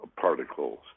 particles